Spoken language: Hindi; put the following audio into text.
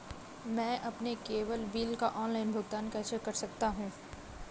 मैं अपने केबल बिल का ऑनलाइन भुगतान कैसे कर सकता हूं?